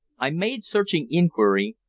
i made searching inquiry,